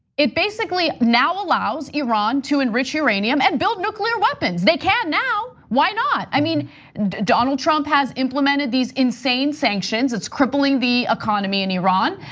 it basically now allows iran to enrich uranium and build nuclear weapons, they can now, why not? i mean donald trump has implemented these insane sanctions, it's crippling the economy in iran.